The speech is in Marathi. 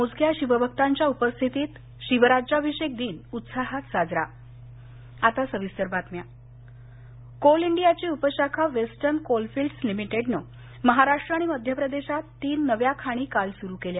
मोजक्या शिवभक्तांच्या उपस्थितीत शिवराज्याभिषेक दिन उत्साहात साजरा आता सविस्तर बातम्या कोळसा कोल इंडियाची उपशाखा वेस्टर्न कोलफिल्ड्स लिमिटेडनं महाराष्ट्र आणि मध्यप्रदेशात तीन नव्या खाणी काल सुरु केल्या